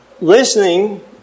listening